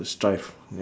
to strive y~